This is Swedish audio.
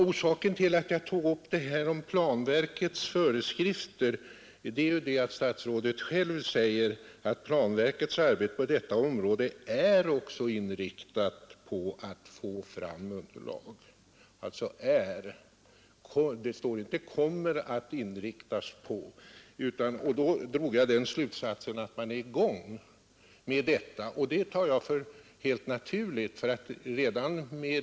Orsaken till att jag tog upp planverkets föreskrifter är att statsrådet själv i sitt interpellationssvar säger att planverkets arbete på detta område är inriktat på att få fram underlag för anvisningar. Härav drog jag den slutsatsen att arbetet härmed pågår för närvarande.